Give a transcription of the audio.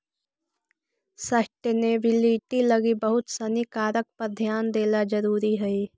sustainability लगी बहुत सानी कारक पर ध्यान देला जरुरी हई